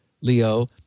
Leo